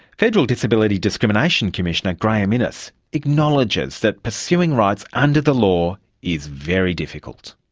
federal disability discrimination commissioner graeme innes acknowledges that pursuing rights under the law is very difficult.